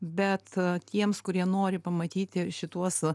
bet tiems kurie nori pamatyti šituos